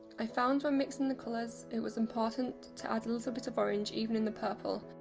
i found when mixing the colours, it was important to add a little bit of orange even in the purple,